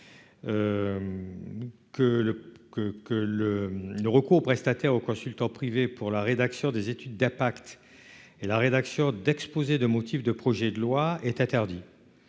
le le recours aux prestataires consultant privé pour la rédaction des études d'impact et la rédaction d'exposer de motifs de projet de loi est interdit,